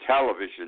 television